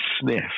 sniff